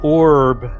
orb